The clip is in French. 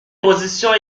positions